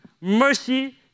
mercy